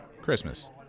Christmas